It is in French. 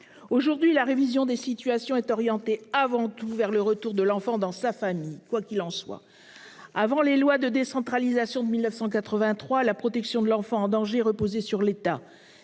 Aujourd'hui, la révision des situations est orientée avant tout vers le retour de l'enfant dans sa famille, quoi qu'il en soit. Avant les lois de décentralisation de 1983, la protection de l'enfant en danger reposait sur l'État.